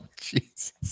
Jesus